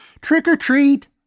Trick-or-treat